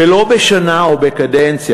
ולא בשנה או בקדנציה,